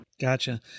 Gotcha